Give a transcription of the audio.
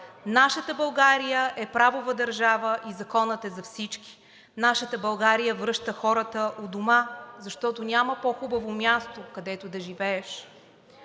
Нашата България е правова държава и законът е за всички. Нашата България връща хората у дома, защото няма по-хубаво място, където да живееш.